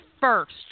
first